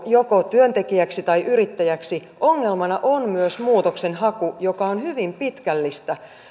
joko työntekijäksi tai yrittäjäksi ongelmana on myös muutoksenhaku joka on hyvin pitkällistä